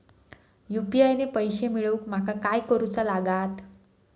UPI ने पैशे मिळवूक माका काय करूचा लागात?